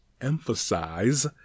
emphasize